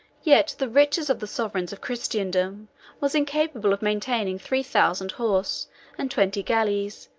yet the richest of the sovereigns of christendom was incapable of maintaining three thousand horse and twenty galleys,